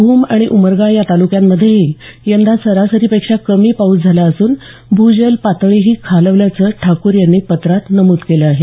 भूम आणि उमरगा ता तालुक्यांमध्येही यंदा सरासरीपेक्षा कमी पाऊस झाला असून भूजल पातळीही खालावल्याचं ठाकूर यांनी पत्रात नमूद केलं आहे